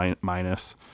minus